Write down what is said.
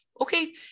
okay